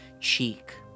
cheek